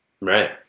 Right